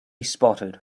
spotted